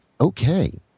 okay